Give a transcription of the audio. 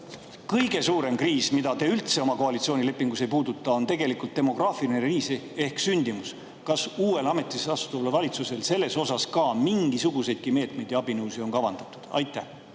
kõige suurem kriis, mida te oma koalitsioonilepingus üldse ei puuduta, on demograafiline kriis ehk sündimus. Kas uuel, ametisse astuval valitsusel selles osas mingisuguseidki meetmeid ja abinõusid on kavandatud? Aitäh!